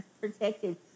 protected